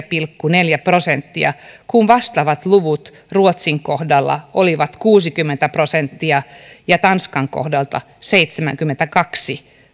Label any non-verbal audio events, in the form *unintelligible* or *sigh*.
*unintelligible* pilkku neljä prosenttia kun vastaavat luvut ruotsin kohdalla olivat kuusikymmentä prosenttia ja tanskan kohdalta seitsemänkymmentäkaksi